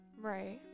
Right